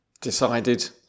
Decided